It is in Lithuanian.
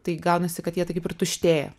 tai gaunasi kad jie tai kaip ir tuštėja